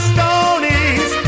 Stonies